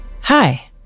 Hi